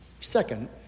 Second